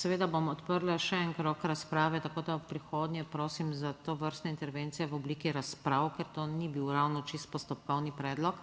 seveda bom odprla še en krog razprave, tako da v prihodnje prosim za tovrstne intervencije v obliki razprav, ker to ni bil ravno čisto postopkovni predlog.